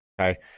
okay